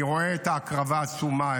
אני רואה את ההקרבה העצומה,